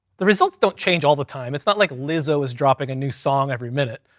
the results don't change all the time. it's not like lizzo is dropping a new song every minute.